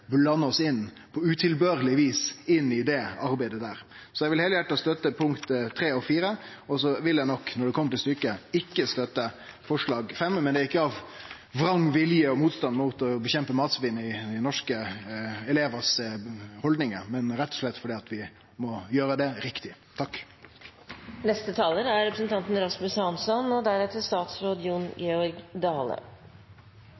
på utilbørleg vis blandar oss inn i det arbeidet. Eg vil heilhjarta støtte forslaga nr. 3 og 4, og når det kjem til stykket, vil eg ikkje støtte forslag nr. 5. Det er ikkje av vrang vilje og motstand mot å kjempe mot matsvinn og haldningane til norske elevar, men rett og slett fordi vi må gjere det riktig. Ikke bare er